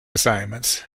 assignments